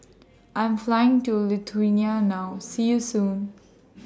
I Am Flying to Lithuania now See YOU Soon